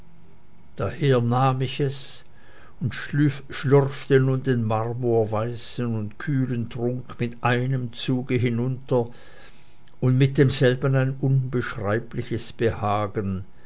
daher nahm ich es und schlürfte nun den marmorweißen und kühlen trank mit einem zuge hinunter und mit demselben ein unbeschreibliches behagen